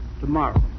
tomorrow